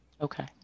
Okay